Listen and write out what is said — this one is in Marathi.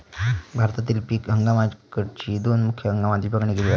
भारतातील पीक हंगामाकची दोन मुख्य हंगामात विभागणी केली जाता